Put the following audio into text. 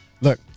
Look